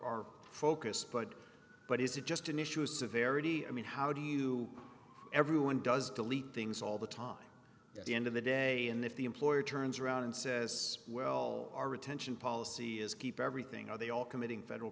focus but but is it just an issue of severity i mean how do you everyone does delete things all the time at the end of the day and if the employer turns around and says well our retention policy is keep everything are they all committing federal